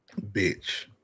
bitch